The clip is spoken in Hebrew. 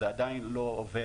זה עדיין לא עובד,